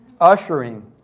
ushering